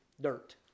Dirt